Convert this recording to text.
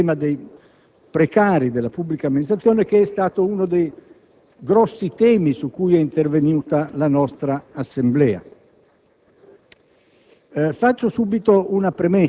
sembra necessario affrontare il problema dei precari della pubblica amministrazione, uno dei grossi temi su cui è intervenuta la nostra Assemblea.